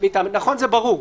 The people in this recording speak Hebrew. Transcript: נכון, זה ברור?